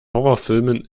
horrorfilmen